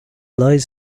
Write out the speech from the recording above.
lies